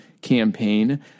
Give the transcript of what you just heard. campaign